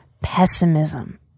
pessimism